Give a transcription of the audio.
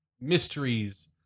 mysteries